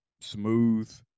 smooth